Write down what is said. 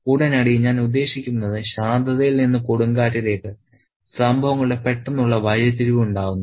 ഉടനടി ഞാൻ ഉദ്ദേശിക്കുന്നത് ശാന്തതയിൽ നിന്ന് കൊടുങ്കാറ്റിലേക്ക് സംഭവങ്ങളുടെ പെട്ടെന്നുള്ള വഴിത്തിരിവ് ഉണ്ടാകുന്നു